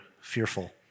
fearful